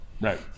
Right